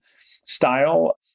style